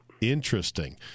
Interesting